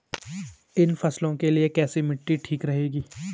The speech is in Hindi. इन फसलों के लिए कैसी मिट्टी ठीक रहेगी?